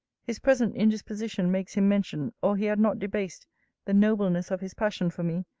his present indisposition makes him mention, or he had not debased the nobleness of his passion for me,